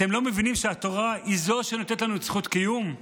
אתם לא מבינים שהתורה היא שנותנת לנו את זכות הקיום?